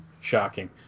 Shocking